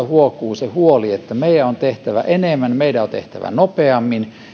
huokuu se huoli että meidän on tehtävä enemmän meidän on tehtävä nopeammin